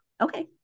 Okay